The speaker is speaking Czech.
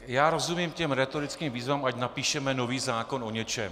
Já rozumím těm rétorickým výzvám, ať napíšeme nový zákon o něčem.